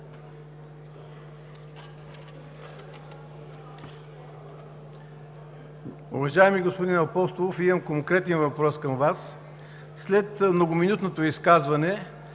Уважаеми господин Апостолов, имам конкретен въпрос към Вас. След многоминутното Ви изказване